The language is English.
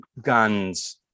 guns